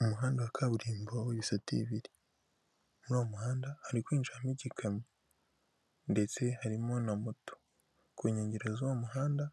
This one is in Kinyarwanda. Umuhanda wa kaburimbo w'ibisute bibiri muri uwo muhanda hari kwinjiramo igikamyo ndetse harimo na moto ku nkengero z'uwo muhanda